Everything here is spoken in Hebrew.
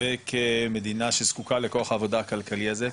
וכמדינה שזקוקה לכוח העבודה הכלכלי הזה.